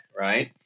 right